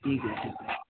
ठीक आहे ठीक आहे